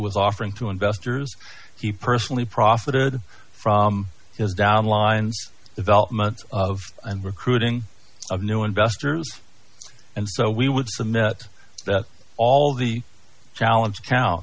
was offering to investors he personally profited from his down lines development of and recruiting of new investors and so we would submit that all the challenge